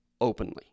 openly